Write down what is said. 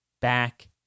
back